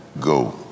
go